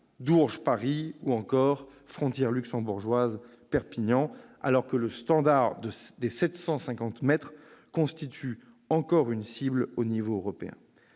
Dourges-Paris ou encore frontière luxembourgeoise-Perpignan -, alors que le standard des 750 mètres constitue encore une cible au niveau européen.